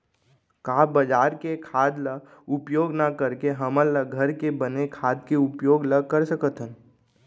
का बजार के खाद ला उपयोग न करके हमन ल घर के बने खाद के उपयोग ल कर सकथन?